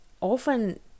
often